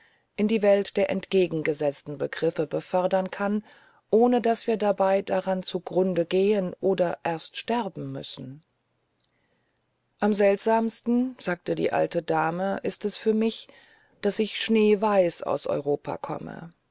in die welt der entgegengesetzten begriffe befördern kann ohne daß wir dabei daran zugrunde gehen oder erst sterben müssen am seltsamsten sagte die alte dame ist es für mich die ich schneeweiß aus europa komme